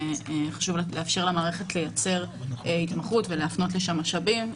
וחשוב לאפשר למערכת לייצר התמחות ולהפנות לשם משאבים.